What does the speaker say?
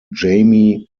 jamie